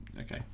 okay